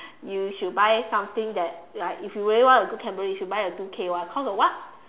you should buy something that like if you really want a good camera you should buy a two K one cause of what